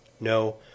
no